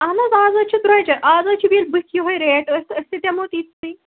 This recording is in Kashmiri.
اہن آز حظ چھُ درۄجر آز حظ چھُ بییہِ بٕتھہ یِہوٚے ریٹ أسۍ أسۍ تہِ دِمو تیِتۍسی